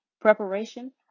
preparation